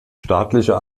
staatliche